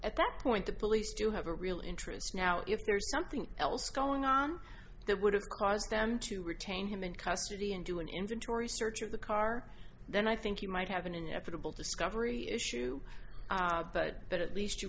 at that point the police do have a real interest now if there's something else going on that would have caused them to retain him in custody and do an inventory search of the car then i think you might have an inevitable discovery issue but that at least you